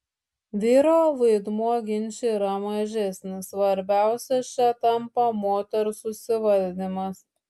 vyro vaidmuo ginče yra mažesnis svarbiausias čia tampa moters susivaldymas